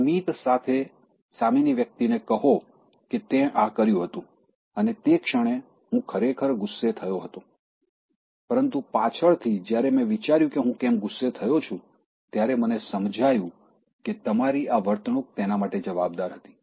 સ્મિત સાથે સામેની વ્યક્તિને કહો કે તેં આ કર્યું હતું અને તે ક્ષણે હું ખરેખર ગુસ્સે થયો હતો પરંતુ પાછળથી જ્યારે મેં વિચાર્યું કે હું કેમ ગુસ્સે થયો છું ત્યારે મને સમજાયું કે તમારી આ વર્તણૂક તેના માટે જવાબદાર હતી